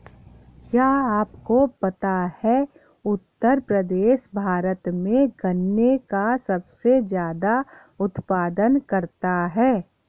क्या आपको पता है उत्तर प्रदेश भारत में गन्ने का सबसे ज़्यादा उत्पादन करता है?